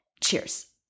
Cheers